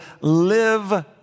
live